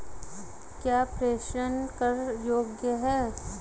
क्या प्रेषण कर योग्य हैं?